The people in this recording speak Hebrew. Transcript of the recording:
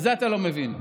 בגלל זה אתה לא מבין.